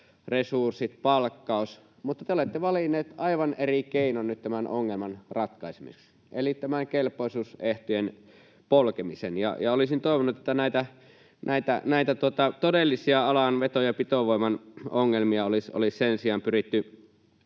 resurssit, palkkaus — mutta te olette valinneet aivan eri keinon nyt tämän ongelman ratkaisemiseksi eli tämän kelpoisuusehtojen polkemisen. Olisin toivonut, että näitä todellisia alan veto- ja pitovoiman ongelmia olisi sen sijaan pyritty